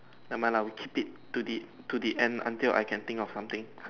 never mind lah we keep it to the to the end until I can think of something